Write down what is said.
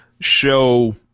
show